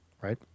right